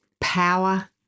power